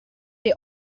they